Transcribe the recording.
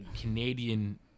Canadian